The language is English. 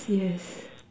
yes